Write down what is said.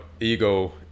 ego